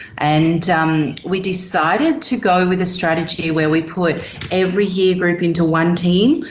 and we decided to go with a strategy where we put every year-group into one team,